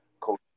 Coach